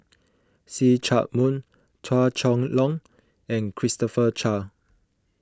See Chak Mun Chua Chong Long and Christopher Chia